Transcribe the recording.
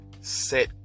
set